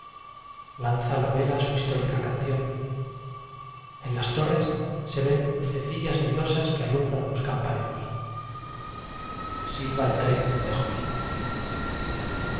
la vela su histórica canción en las torres se ven lucecillas miedosas que alumbran a los campaneros silba el tren a lo lejos